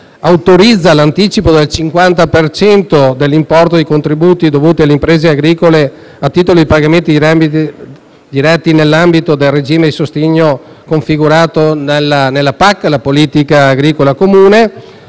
autorizza l'anticipo del 50 per cento dell'importo dei contributi dovuti alle imprese agricole a titolo di pagamenti diretti nell'ambito del regime di sostegno configurato nella Politica agricola comune